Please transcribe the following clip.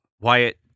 Wyatt